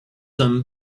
them